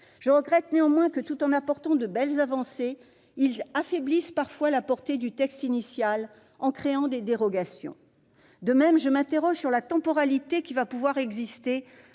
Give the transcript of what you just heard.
Je regrette néanmoins que, tout en apportant de belles avancées, il affaiblisse parfois la portée du texte initial, en créant des dérogations. De même, je m'interroge sur la façon dont vont se